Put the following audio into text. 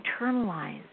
internalize